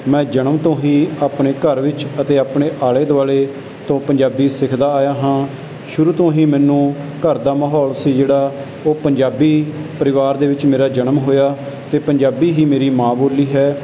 ਮੈਂ ਜਨਮ ਤੋਂ ਹੀ ਆਪਣੇ ਘਰ ਵਿੱਚ ਅਤੇ ਆਪਣੇ ਆਲੇ ਦੁਆਲੇ ਤੋਂ ਪੰਜਾਬੀ ਸਿੱਖਦਾ ਆਇਆ ਹਾਂ ਸ਼ੁਰੂ ਤੋਂ ਹੀ ਮੈਨੂੰ ਘਰ ਦਾ ਮਾਹੌਲ ਸੀ ਜਿਹੜਾ ਉਹ ਪੰਜਾਬੀ ਪਰਿਵਾਰ ਦੇ ਵਿੱਚ ਮੇਰਾ ਜਨਮ ਹੋਇਆ ਅਤੇ ਪੰਜਾਬੀ ਹੀ ਮੇਰੀ ਮਾਂ ਬੋਲੀ ਹੈ